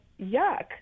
yuck